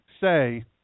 say